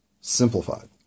simplified